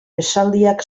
esaldiak